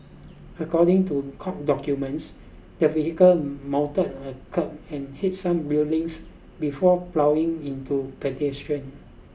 according to court documents the vehicle mounted a kerb and hit some railings before ploughing into pedestrian